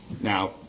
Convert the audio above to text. Now